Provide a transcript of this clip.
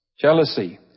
Jealousy